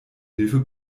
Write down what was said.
hilfe